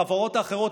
החברות האחרות.